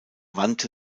wandte